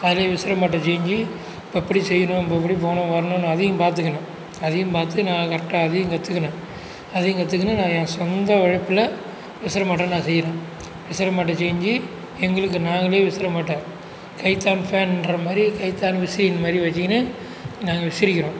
அதிலயே விசிறி மட்டை செஞ்சு எப்படி செய்யணும் நம்ப எப்படி போகணும் வரணும் அதையும் பார்த்துக்கின்னு அதையும் பார்த்து நான் கரெக்டாக அதையும் கற்றுக்கின்ன அதையும் கற்றுகின்னு நான் என் சொந்த உழைப்பில் விசறி மட்டை நான் செய்கிறேன் விசறி மட்டை செய்ஞ்சு எங்களுக்கு நாங்களே விசறி மட்டை கைத்தான் ஃபேன்னுன்ற மாதிரி கைத்தான் விசிறி மாதிரி வச்சுகின்னு நாங்கள் விசிறிக்கிறோம்